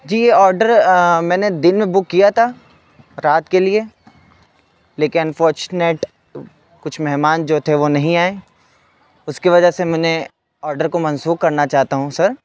جی order میں نے دن میں بک کیا تھا رات کے لیے لیکن فورچنیٹ کچھ مہمان جو تھے وہ نہیں آئے اس کی وجہ سے میں نے آڈر کو منسوخ کرنا چاہتا ہوں سر